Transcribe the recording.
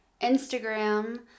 Instagram